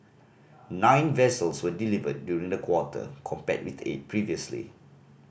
nine vessels were delivered during the quarter compared with eight previously